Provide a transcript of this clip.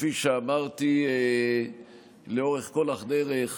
כפי שאמרתי לאורך כל הדרך,